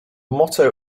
motto